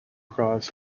cross